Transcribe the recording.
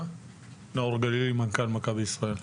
נאור גלילי, מנכ"ל מכבי ישראל.